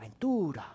aventura